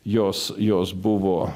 jos jos buvo